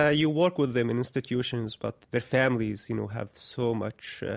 ah you work with them in institutions, but their families you know have so much